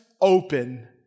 open